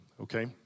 Okay